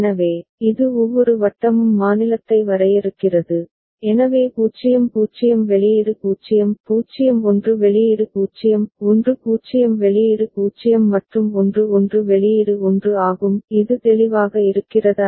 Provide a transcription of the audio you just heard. எனவே இது ஒவ்வொரு வட்டமும் மாநிலத்தை வரையறுக்கிறது எனவே 0 0 வெளியீடு 0 0 1 வெளியீடு 0 1 0 வெளியீடு 0 மற்றும் 1 1 வெளியீடு 1 ஆகும் இது தெளிவாக இருக்கிறதா